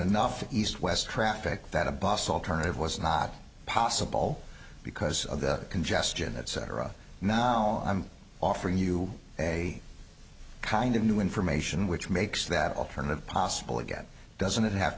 enough east west traffic that a bus alternative was not possible because of the congestion etc now i'm offering you a kind of new information which makes that alternative possible again doesn't it have